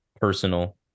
personal